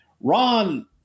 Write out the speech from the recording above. Ron